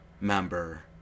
member